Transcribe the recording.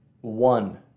One